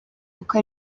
uko